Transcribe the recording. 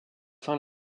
fin